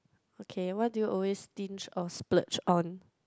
okay what do you always stinge or splurge on